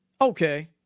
Okay